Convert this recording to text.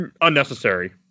unnecessary